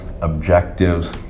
objectives